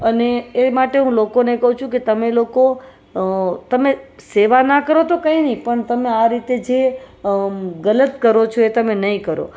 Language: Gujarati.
અને એ માટે હું લોકોને કહું છું કે તમે લોકો તમે સેવા ના કરો તો કંઈ નહીં પણ તમે આ રીતે જે ગલત કરો છે તમે નહીં કરો